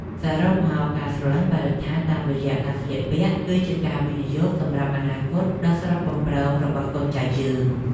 សរុបមក ការស្រឡាញ់បរិស្ថានតាមរយៈការស្លៀកពាក់ គឺជាការវិនិយោគសម្រាប់អនាគតដ៏ស្រស់បំព្រងរបស់កូនចៅយើង។